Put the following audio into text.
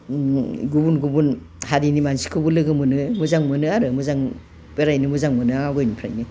गुबुन गुबुन हारिनि मानसिखौबो लोगो मोनो मोजां मोनो आरो मोजां बेरायनो मोजां मोनो आवगायनिफ्रायनो